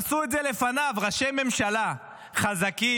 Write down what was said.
עשו את זה לפניו ראשי ממשלה חזקים,